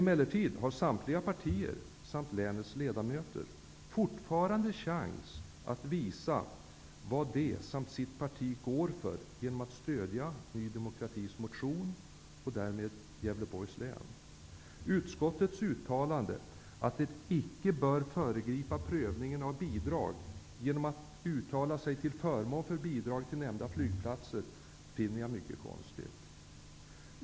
Emellertid har samtliga partier samt länets ledamöter fortfarande en chans att visa vad de samt partierna går för, nämligen genom att stödja Ny demokratis motion och därmed Utskottets uttalande att det icke bör föregripa prövningen av bidrag genom att uttala sig till förmån för bidrag till nämnda flygplatser finner jag mycket konstigt.